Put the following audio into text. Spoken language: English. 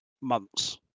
Months